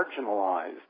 marginalized